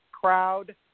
crowd